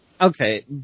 Okay